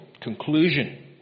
conclusion